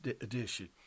edition